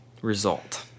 result